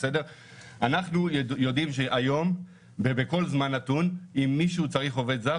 אנחנו יודעים שהיום ובכל זמן נתון אם מישהו צריך עובד זר,